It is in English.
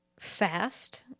Fast